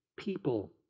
people